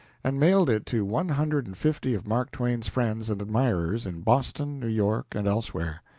and mailed it to one hundred and fifty of mark twain's friends and admirers in boston, new york, and elsewhere,